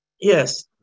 Yes